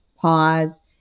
pause